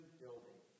building